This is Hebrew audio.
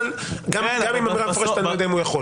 גם עם אמירה מפורשת, אני לא יודע אם הוא יכול.